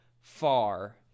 far